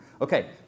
Okay